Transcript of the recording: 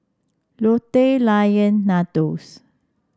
Lotte Lion Nandos